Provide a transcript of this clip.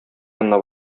янына